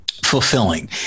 fulfilling